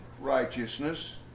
righteousness